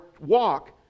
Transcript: walk